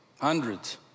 hundreds